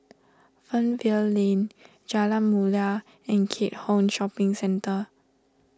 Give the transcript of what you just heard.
Fernvale Lane Jalan Mulia and Keat Hong Shopping Centre